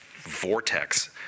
vortex